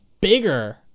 bigger